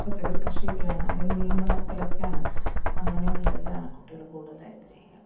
പച്ചക്കറി കൃഷിയൊക്കെയാണ് അല്ലെങ്കിൽ മീൻ വളർത്തലൊക്കെയാണ് അങ്ങനെയുള്ളതിലാണ് കുട്ടികൾ കൂട്തലായിട്ട് ചെയ്യുക